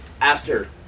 Aster